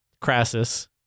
Crassus